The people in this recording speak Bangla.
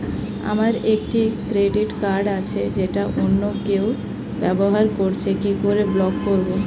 আমার একটি ক্রেডিট কার্ড আছে যেটা অন্য কেউ ব্যবহার করছে কি করে ব্লক করবো?